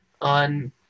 on